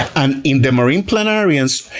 and in the marine planarians,